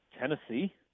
Tennessee